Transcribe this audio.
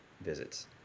visits